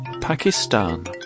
Pakistan